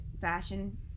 fashion